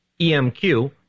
EMQ